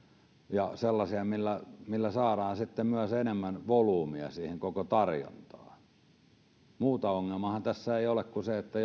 ja sellaisia millä saadaan sitten myös enemmän volyymia siihen koko tarjontaan muuta ongelmaahan tässä ei ole kuin se että